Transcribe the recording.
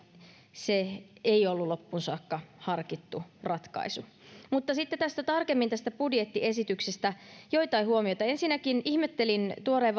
se ei ollut loppuun saakka harkittu ratkaisu mutta sitten tarkemmin tästä budjettiesityksestä joitain huomioita ensinnäkin ihmettelin tuoreen